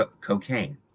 cocaine